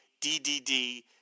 D-D-D